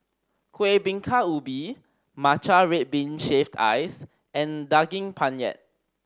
Kuih Bingka Ubi matcha red bean shaved ice and Daging Penyet